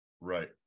Right